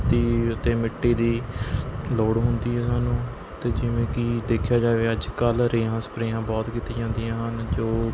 ਦੀ ਅਤੇ ਮਿੱਟੀ ਦੀ ਲੋੜ ਹੁੰਦੀ ਹੈ ਸਾਨੂੰ ਅਤੇ ਜਿਵੇਂ ਕਿ ਦੇਖਿਆ ਜਾਵੇ ਅੱਜ ਕੱਲ੍ਹ ਰੇਹਾਂ ਸਪਰੇਹਾਂ ਬਹੁਤ ਕੀਤੀਆਂ ਜਾਂਦੀਆਂ ਹਨ ਜੋ